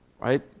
Right